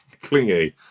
clingy